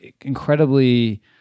incredibly